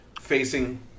facing